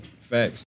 Facts